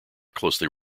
closely